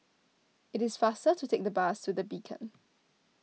it is faster to take the bus to the Beacon